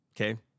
Okay